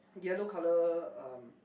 yellow colour um